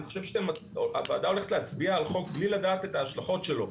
אני חושב שהוועדה הולכת להצביע על חוק בלי לדעת על ההשלכות שלו,